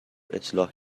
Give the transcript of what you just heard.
اصلاح